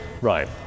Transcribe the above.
right